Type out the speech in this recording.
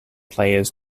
players